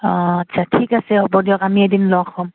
অঁ আচ্ছা ঠিক আছে হ'ব দিয়ক আমি এদিন লগ হ'ম